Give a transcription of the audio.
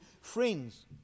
friends